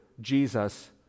Jesus